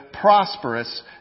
prosperous